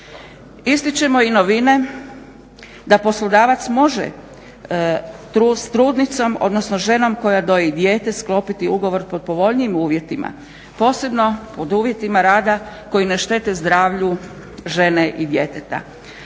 Ističemo i novine da poslodavac može s trudnicom, odnosno ženom koja doji dijete sklopiti ugovor pod povoljnijim uvjetima posebno pod uvjetima rada koji ne štete zdravlju žene i djeteta